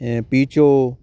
ਪੀਚੋ